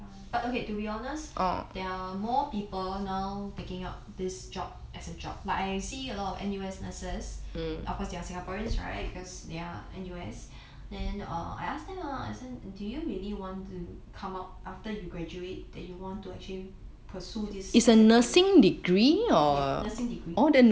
but okay to be honest out there are more people now taking up this job as a job like I see a lot of N_U_S nurses of course they are singaporeans right because they are N_U_S then err I ask them lah as in do you really want to come out after you graduate that you want to actually pursue this as a career